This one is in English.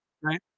right